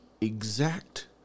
exact